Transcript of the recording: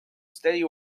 steady